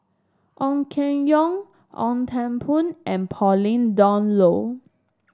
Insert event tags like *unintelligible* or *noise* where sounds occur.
Ong Keng Yong Ong Teng *unintelligible* and Pauline Dawn Loh